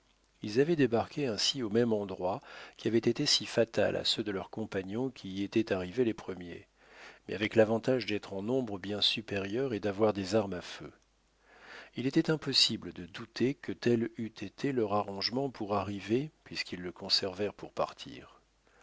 ils avaient débarqué ainsi au même endroit qui avait été si fatal à ceux de leurs compagnons qui y étaient arrivés les premiers mais avec l'avantage d'être en nombre bien supérieur et d'avoir des armes à feu il était impossible de douter que tel eût été leur arrangement pour arriver puisqu'ils le conservèrent pour partir